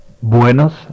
Buenos